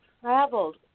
traveled